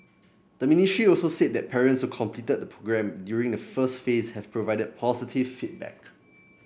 the ministry also said that parents completed the programme during the first phase have provided positive feedback